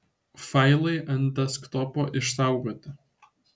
failai ant desktopo išsaugoti